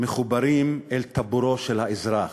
מחוברים אל טבורו של האזרח,